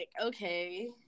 Okay